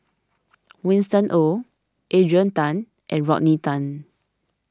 Winston Oh Adrian Tan and Rodney Tan